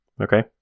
Okay